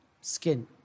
skin